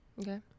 Okay